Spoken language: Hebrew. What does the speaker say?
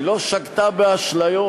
היא לא שגתה באשליות,